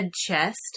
chest